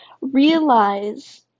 Realize